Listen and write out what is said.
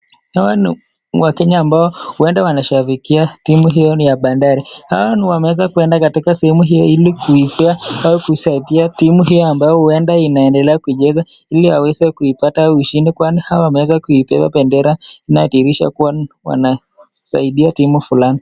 Hawa ni wakenya ambao huenda wanashanikia timu hiyo ni ya Bandari , hao ni wameweza kuenda katika sehemu hiyo ili kuipea au kusaidia timu hiyo ambayo huenda inaendelea kuchezawa ili aweze kuipata ushindi kwani hao wameweza kubeba bendera naye kuwa wanasaidia timu fulani.